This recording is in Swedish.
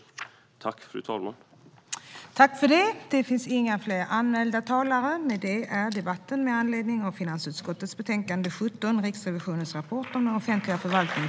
Riksrevisionens rapport om den offentliga förvalt-ningens digitalisering